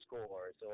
scores